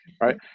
Right